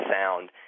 sound